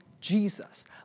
Jesus